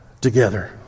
together